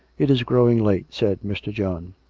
it is growing late, said mr. john.